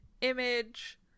image